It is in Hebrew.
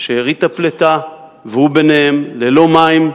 שארית הפליטה, והוא ביניהם, ללא מים,